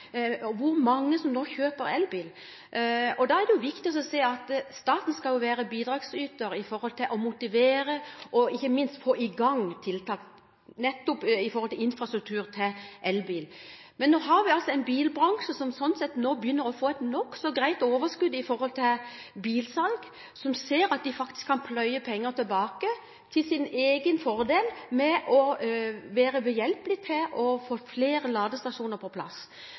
hvor mange som nå kjøper elbil. Da er det viktig å se at staten skal være bidragsyter i å motivere og ikke minst få i gang tiltak nettopp knyttet til infrastruktur for elbil. Men nå har vi altså en bilbransje som begynner å få et nokså greit overskudd i bilsalget, som ser at de faktisk kan pløye penger tilbake – til sin egen fordel – ved å være behjelpelig med å få flere ladestasjoner på plass.